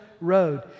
road